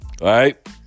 Right